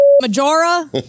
Majora